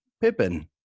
Pippin